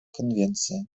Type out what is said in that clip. конвенции